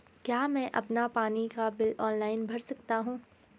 क्या मैं अपना पानी का बिल ऑनलाइन भर सकता हूँ?